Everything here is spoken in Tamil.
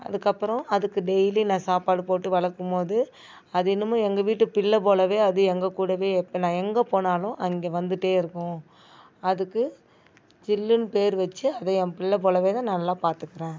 அதுக்கப்புறம் அதுக்கு டெய்லி நான் சாப்பாடு போட்டு வளர்க்கும் மோது அது என்னமோ எங்கள் வீட்டு பிள்ளை போலவே அது எங்கள் கூடவே இப்போ நான் எங்கேப் போனாலும் அங்கே வந்துகிட்டே இருக்கும் அதுக்கு ஜில்லுன்னு பேர் வச்சு அதை என் பிள்ளை போலவே தான் நல்லா பார்த்துக்குறேன்